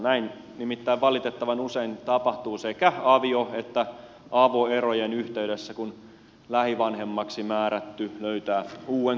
näin nimittäin valitettavan usein tapahtuu sekä avio että avoerojen yhteydessä kun lähivanhemmaksi määrätty löytää uuden kumppanin